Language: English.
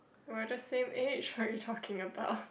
we're the same age what are you talking about